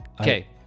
Okay